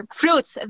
fruits